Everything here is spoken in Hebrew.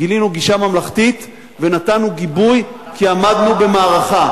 גילינו גישה ממלכתית ונתנו גיבוי כי עמדנו במערכה.